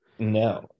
No